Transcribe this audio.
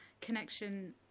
connection